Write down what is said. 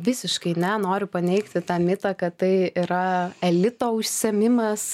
visiškai ne noriu paneigti tą mitą kad tai yra elito užsiėmimas